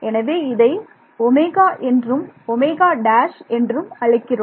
எனவே இதை என்றும் என்றும் அழைக்கிறோம்